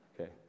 Okay